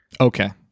okay